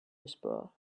whisperer